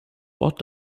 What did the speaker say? ort